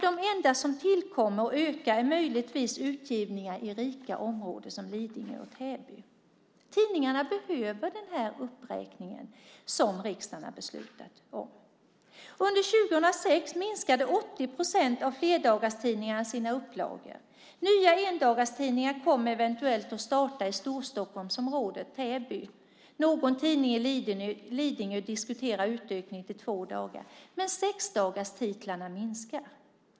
De enda som tillkommer och ökar är möjligtvis tidningar utgivna i rika områden som Lidingö och Täby. Tidningarna behöver den uppräkning som riksdagen har beslutat om. Under 2006 minskade 80 procent av flerdagarstidningarna sina upplagor. Nya endagstidningar kommer eventuellt att starta i Storstockholmsområdet - i Täby. I Lidingö diskuterar man en utökning till två dagar av en tidning. Men antalet sexdagarstidningar minskar.